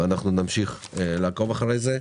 ואנחנו נמשיך לעקוב אחרי זה.